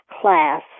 class